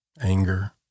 anger